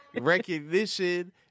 recognition